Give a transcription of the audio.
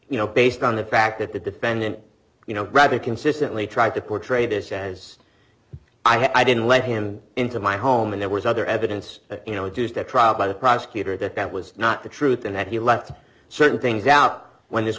you know based on the fact that the defendant you know bradley consistently tried to portray this as i didn't let him into my home and there was other evidence you know it's used at trial by the prosecutor that that was not the truth and that he left certain things out when this